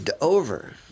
over